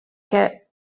che